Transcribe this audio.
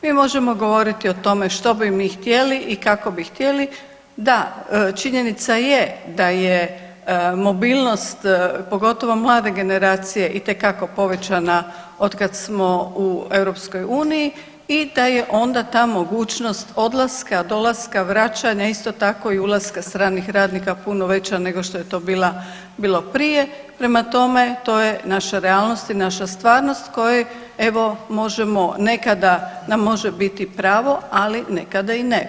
Mi možemo govoriti o tome što bi mi htjeli i kako bi htjeli, da činjenica je da je mobilnost pogotovo mlade generacije itekako povećana od kad smo u EU i da je onda ta mogućnost odlaska, dolaska, vraćanja isto tako i ulaska stranih radnika puno veća nego što je to bila, bilo prije, prema tome to je naša realnost i naša stvarnost koje evo možemo nekada nam može biti pravo, ali nekada i ne.